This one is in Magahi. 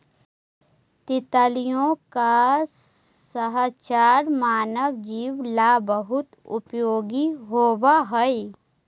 तितलियों का साहचर्य मानव जीवन ला बहुत उपयोगी होवअ हई